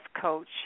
coach